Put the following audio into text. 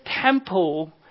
temple